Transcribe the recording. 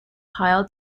pile